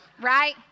right